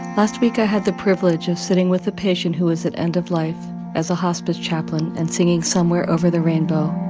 last week, i had the privilege of sitting with a patient who was at end of life as a hospice chaplain and singing somewhere over the rainbow.